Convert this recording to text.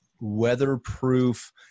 weatherproof